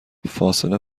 فاصله